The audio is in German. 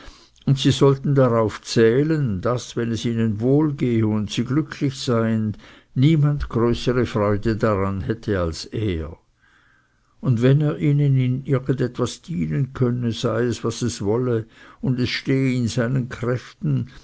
und sie sollten darauf zählen daß wenn es ihnen wohlgehe und sie glücklich seien niemand größere freude daran hätte als er und wenn er ihnen in etwas dienen könne sei es was es wolle und es stehe in seinen kräften